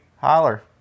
holler